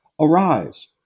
Arise